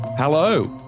Hello